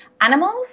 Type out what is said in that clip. animals